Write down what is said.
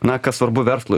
na kas svarbu verslui